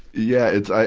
yeah, it's, i,